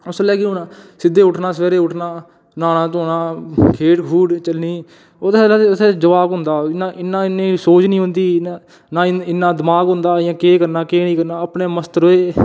उसलै केह् होना सिद्धे उट्ठना सवेरे उट्ठना न्हाना धोना खेढ खूढ चलनी ओह्दे बाद च अस दमाक होंदा हां इन्ना इन्नी सोच नेईं ही होंदी ना इन्ना दमाक होंदा हा जे केह् करना केह् नेईं करना अपने मस्त रेह्